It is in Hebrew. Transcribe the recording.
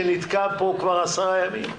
שנתקע פה כבר עשרה ימים.